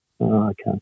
Okay